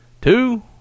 two